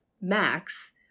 Max